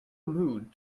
mood